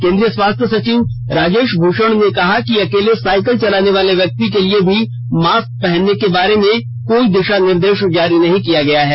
केन्द्रीय स्वास्थ्य सचिव राजेश भूषण ने कहा कि अकेले साईकिल चलाने वाले व्यक्ति के लिए मास्क पहनने के बारे में कोई दिशा निर्देश नहीं जारी किया गया है